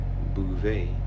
Bouvet